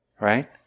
right